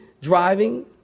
driving